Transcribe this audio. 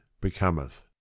becometh